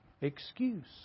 excuse